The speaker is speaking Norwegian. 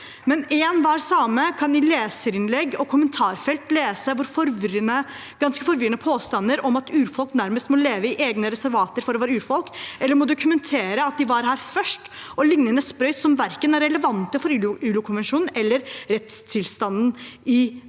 her. Enhver same kan i leserinnlegg og kommentarfelt lese ganske forvirrede påstander om at urfolk nærmest må leve i egne reservater for å være urfolk, eller at de må dokumentere at de var her først – og lignende sprøyt som verken er relevant for ILO-konvensjonen eller for rettstilstanden i Norge.